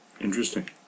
Interesting